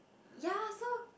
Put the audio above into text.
ya so